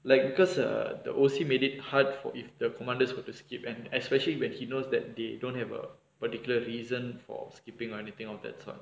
like because the O_C made it hard for if the commanders were to skip and especially when he knows that they don't have a particular reason for skipping or anything of that sort